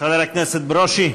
חבר הכנסת ברושי.